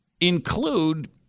include